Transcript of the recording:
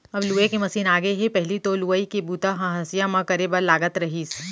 अब लूए के मसीन आगे हे पहिली तो लुवई के बूता ल हँसिया म करे बर लागत रहिस